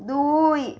দুই